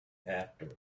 after